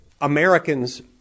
Americans